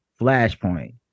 Flashpoint